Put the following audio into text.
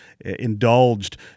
indulged